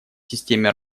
системе